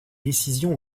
décision